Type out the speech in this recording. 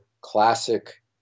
classic